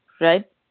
right